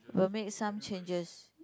will make some changes